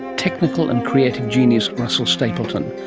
technical and creative genius russell stapleton,